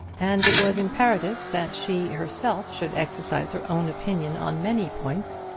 and it was imperative that she herself should exercise her own opinion on many points,